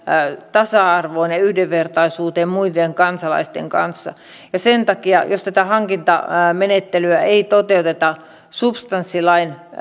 tasa arvoon ja yhdenvertaisuuteen muiden kansalaisten kanssa sen takia jos tätä hankintamenettelyä ei toteuteta substanssilain